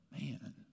Man